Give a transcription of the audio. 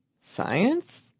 science